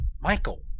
Michael